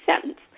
sentence